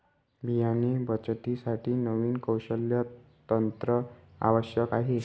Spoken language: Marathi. बियाणे बचतीसाठी नवीन कौशल्य तंत्र आवश्यक आहे